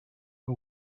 que